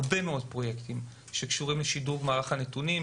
הרבה פרויקטים שקשורים לשידור מערך הנתונים.